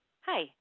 Hi